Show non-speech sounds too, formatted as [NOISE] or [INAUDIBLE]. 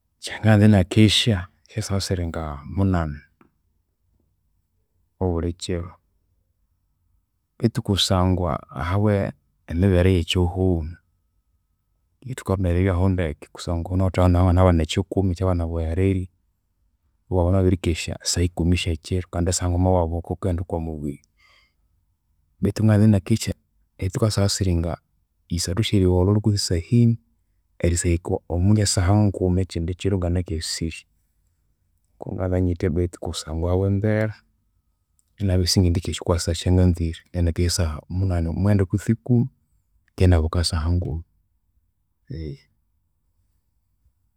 Inje ngananza inakesha esyasaha esiri ngamunani obulikyiro betu kusangwa ahabwa emibere eyekyihugho keghe ithukarondaya eribyahu ndeke kusangwa ghunawithe ahawanginaba ekyikumi ekyabana baghu eririrya, iwabana iwabirikesya saha ikumi syekyiru kandi saha nguma iwabuka ghukaghenda okwamubiri. Betu nganza inakesya eritsuka saha esiringa isathu esyerigholhogholho, kwitsi saha ini, erisahika omunja saha nguma ekyindi kyiro inganakesirye. Kunganza nyithya betu kusangwa ahabwe embera inabya isingendikesya okwasaha esyanganzire, inakesha asaha munani, mwenda kwitsi ikumi keghe inabuka saha nguma. [HESITATION]